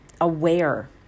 aware